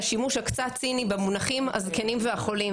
השימוש הקצת ציני במונחים "הזקנים והחולים".